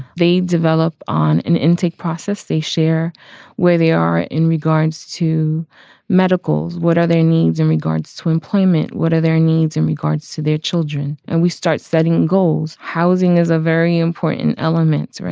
they develop on an intake process. they share where they are in regards to medicals. what are their needs in regards to employment? what are their needs in regards to their children? and we start setting goals. housing is a very important element.